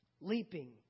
leaping